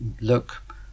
look